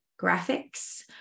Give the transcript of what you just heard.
graphics